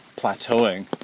plateauing